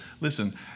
Listen